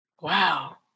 Wow